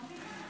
חבריי הכנסת,